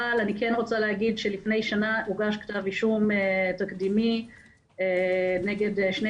אבל אני כן רוצה להגיד שלפני שנה הוגש כתב אישום תקדימי נגד שני